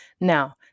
Now